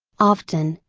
often,